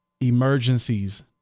emergencies